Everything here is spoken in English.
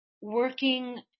working